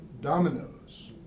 dominoes